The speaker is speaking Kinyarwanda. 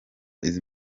izi